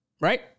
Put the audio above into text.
right